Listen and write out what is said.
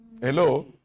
Hello